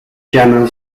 general